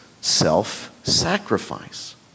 self-sacrifice